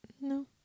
No